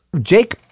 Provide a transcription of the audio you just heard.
Jake